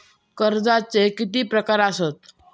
कर्जाचे किती प्रकार असात?